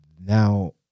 now